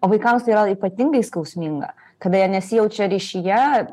o vaikams tai yra ypatingai skausminga kada jie nesijaučia ryšyje